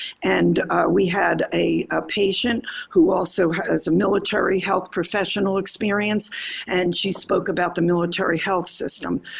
and we had a a patient who also has a military health professional experience and she spoke about the military health system.